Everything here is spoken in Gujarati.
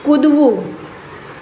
કૂદવું